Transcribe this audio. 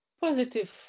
positive